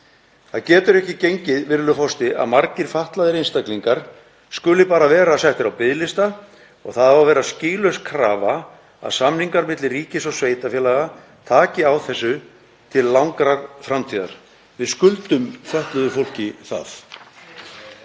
Það getur ekki gengið, virðulegur forseti, að margir fatlaðir einstaklingar skuli bara vera settir á biðlista. Það á að vera skýlaus krafa að samningar milli ríkis og sveitarfélaga taki á þessu til langrar framtíðar. Við skuldum fötluðu fólki það.